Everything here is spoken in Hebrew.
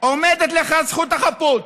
עומדת לך זכות החפות,